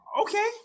Okay